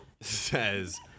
says